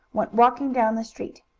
went walking down the street.